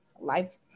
life